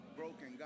broken